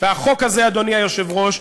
והחוק הזה, אדוני היושב-ראש,